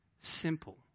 simple